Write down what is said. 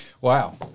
Wow